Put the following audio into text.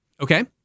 Okay